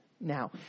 now